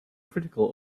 critical